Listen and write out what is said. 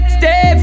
stay